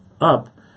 up